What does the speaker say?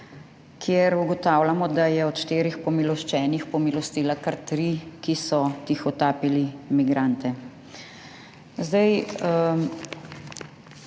kjer ugotavljamo, da je od štirih pomiloščenih pomilostila kar tri, ki so tihotapili migrante.